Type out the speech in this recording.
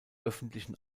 öffentlichen